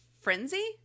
frenzy